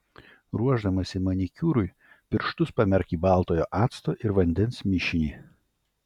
ruošdamasi manikiūrui pirštus pamerk į baltojo acto ir vandens mišinį